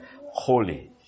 holy